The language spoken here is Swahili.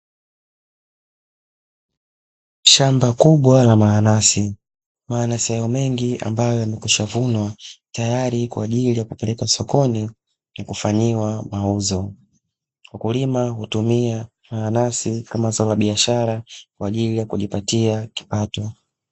Shamba kubwa la mananasi. Mananasi hayo mengi ambayo yamekwisha vunwa tayari kwa ajili ya kupeleka sokoni na kufanyiwa mauzo. Mkulima hutumia mananasi kama zao la biashara kwa ajili ya kujipatia kipato.